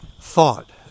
thought